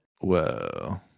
Whoa